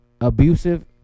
abusive